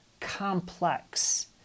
complex